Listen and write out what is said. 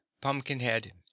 pumpkinhead